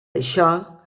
això